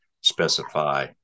specify